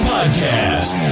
Podcast